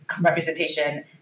representation